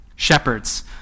Shepherds